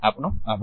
આપનો આભાર